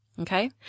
Okay